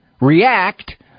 react